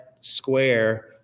square